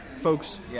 folks